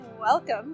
welcome